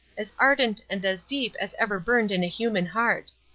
as ardent and as deep as ever burned in a human heart.